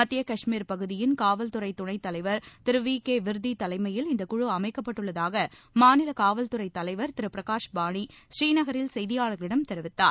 மத்திய கஷ்மீர் பகுதியின் காவல்துறை துணைத் தலைவர் திரு வி கே விர்தி தலைமையில் இந்த குழு அமைக்கப்பட்டுள்ளதாக மாநில காவல்துறை தலைவர் திரு பிரகாஷ்பாணி ஸ்ரீநகரில் செய்தியாளர்களிடம் தெரிவித்தார்